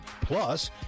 Plus